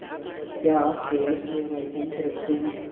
क्या आप hair care items रखते हैं